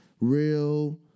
real